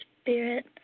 spirit